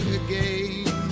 again